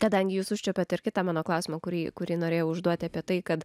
kadangi jūs užčiuopiate ir kita mano klausimo kurį kuri norėjo užduoti apie tai kad